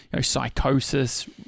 psychosis